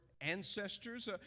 ancestors